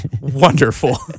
Wonderful